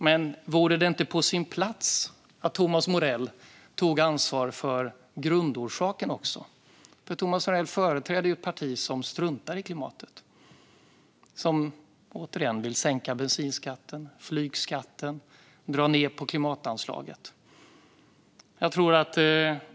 Men vore det inte på sin plats att Thomas Morell tog ansvar för grundorsaken också? Thomas Morell företräder ett parti som - jag säger det igen - struntar i klimatet och vill sänka bensinskatten och flygskatten och dra ned på klimatanslaget.